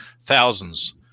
thousands